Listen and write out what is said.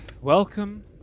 Welcome